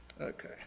Okay